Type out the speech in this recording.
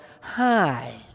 Hi